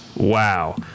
Wow